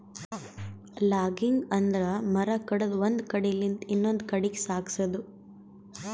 logging ಅಂದ್ರ ಮರ ಕಡದು ಒಂದ್ ಕಡಿಲಿಂತ್ ಇನ್ನೊಂದ್ ಕಡಿ ಸಾಗ್ಸದು